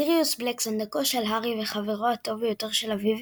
סיריוס בלק – סנדקו של הארי וחברו הטוב ביותר של אביו,